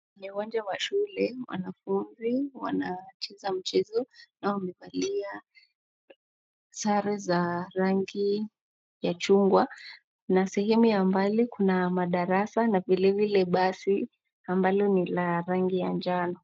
Kwenye uwanja wa shule wanafunzi wanacheza mchezo na wamevalia sare za rangi ya chungwa na sehemu ya mbali kuna madarasa na vile vile basi ambalo ni la rangi ya njano.